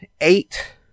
eight